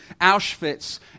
Auschwitz